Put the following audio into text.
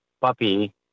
puppy